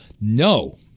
No